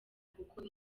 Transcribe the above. kuko